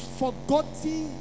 forgotten